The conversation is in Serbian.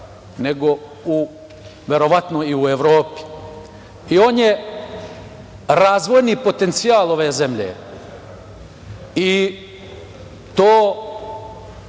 nego verovatno i u Evropi. On je razvojni potencijal ove zemlje i to